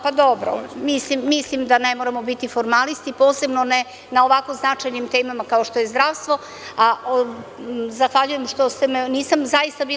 Pa dobro, mislim da ne moramo biti formalisti, posebno ne na ovako značajnim temama kao što je zdravstvo, a zahvaljujem što ste me, nisam zaista bila